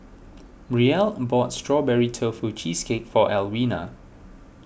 Brielle bought Strawberry Tofu Cheesecake for Alwina